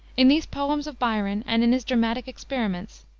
in these poems of byron, and in his dramatic experiments,